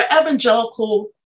evangelical